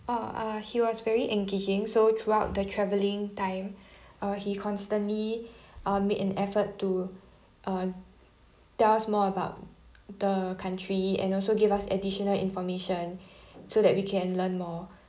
oh uh he was very engaging so throughout the travelling time uh he constantly uh made an effort to uh tell us more about the country and also give us additional information so that we can learn more